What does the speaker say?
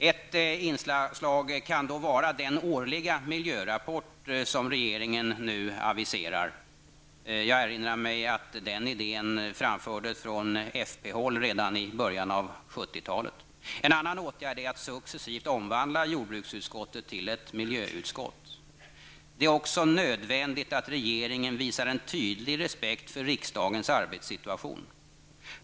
Ett inslag kan då vara den årliga miljörapport som regeringen nu aviserar. Jag erinrar mig att den idén framfördes från folkpartiet redan i början av 70-talet. En annan åtgärd är att successivt omvandla jordbruksutskottet till ett miljöutskott. Det är också nödvändigt att regeringen visar en tydlig respekt för riksdagens arbetssituation.